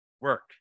work